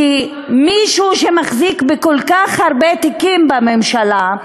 כמישהו שמחזיק בכל כך הרבה תיקים בממשלה,